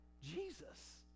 Jesus